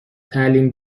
تعلیم